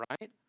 right